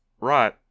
right